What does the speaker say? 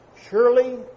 Surely